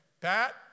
Pat